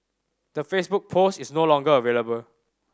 the Facebook post is no longer available